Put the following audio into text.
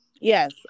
Yes